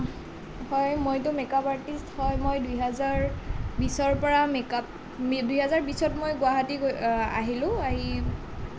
হয় মইতো makeup artist হয় মই দুহেজাৰ বিশৰ পৰা মেকআপ দুহেজাৰ বিশত মই গুৱাহাটী আহিলোঁ আহি